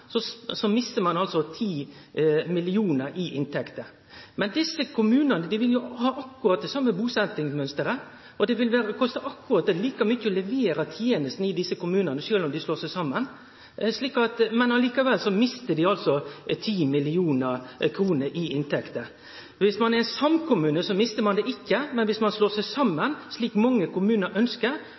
ein altså 10 mill. kr i inntekter. Men desse kommunane vil ha akkurat det same busetjingsmønsteret, og det vil koste akkurat like mykje å levere tenestene i desse kommunane sjølv om dei slår seg saman, men likevel mister dei altså 10 mill. kr i inntekter. Viss ein er samkommune, mister ein det ikkje, men viss ein slår seg saman – slik mange kommunar